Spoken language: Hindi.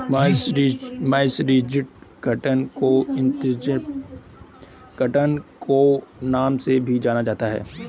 मर्सराइज्ड कॉटन को इजिप्टियन कॉटन के नाम से भी जाना जाता है